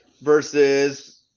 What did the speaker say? versus